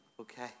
Okay